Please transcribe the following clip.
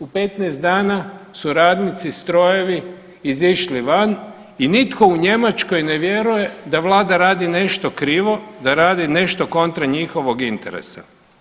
U 15 dana su radnici, strojevi izišli van i nitko u Njemačkoj ne vjeruje da Vlada radi nešto krivo, da radi nešto kontra njihovog interesa.